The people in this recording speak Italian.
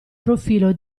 profilo